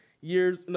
years